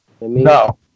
No